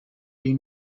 been